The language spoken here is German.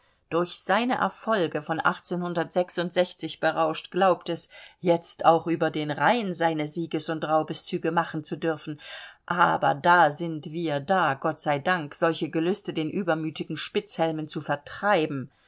durch seine erfolge von berauscht glaubt es jetzt auch über den rhein seine sieges und raubeszüge machen zu dürfen aber da sind wir da gott sei dank solche gelüste den übermütigen spitzhelmen zu vertreiben